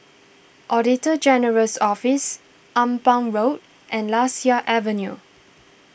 Auditor General's Office Ampang Road and Lasia Avenue